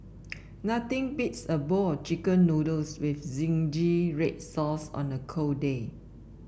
nothing beats a bowl of chicken noodles with zingy red sauce on a cold day